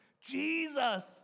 Jesus